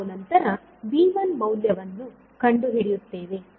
ನಾವು ನಂತರ V1 ಮೌಲ್ಯವನ್ನು ಕಂಡುಹಿಡಿಯುತ್ತೇವೆ